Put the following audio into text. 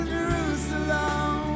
Jerusalem